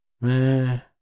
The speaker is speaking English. Man